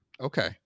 Okay